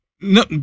no